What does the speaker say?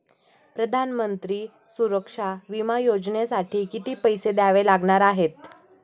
प्रधानमंत्री सुरक्षा विमा योजनेसाठी किती पैसे द्यावे लागणार आहेत?